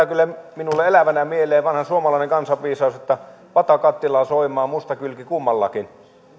kyllä minulle elävänä mieleen vanha suomalainen kansanviisaus pata kattilaa soimaa musta kylki kummallakin